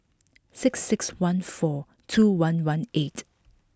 six six one four two one one eight